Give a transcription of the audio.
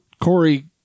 Corey